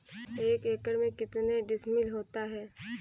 एक एकड़ में कितने डिसमिल होता है?